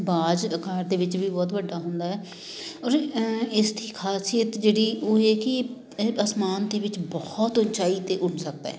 ਬਾਜ ਆਕਾਰ ਦੇ ਵਿੱਚ ਵੀ ਬਹੁਤ ਵੱਡਾ ਹੁੰਦਾ ਹੈ ਔਰ ਇਸ ਦੀ ਖਾਸੀਅਤ ਜਿਹੜੀ ਉਹ ਇਹ ਕਿ ਇਹ ਅਸਮਾਨ ਦੇ ਵਿੱਚ ਬਹੁਤ ਉਚਾਈ 'ਤੇ ਉੱਡ ਸਕਦਾ